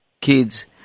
kids